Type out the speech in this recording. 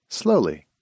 slowly